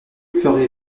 ferez